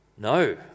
No